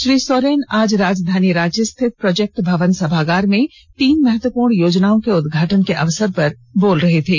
श्री सोरेन आज राजधानी रांची स्थित प्रोजेक्ट भवन सभागार में तीन महत्वपूर्ण योजनाओं के उदघाटन के अवसर पर बोल रहे थे